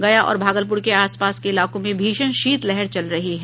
गया और भागलपुर के आस पास के इलाकों में भीषण शीतलहर चल रही है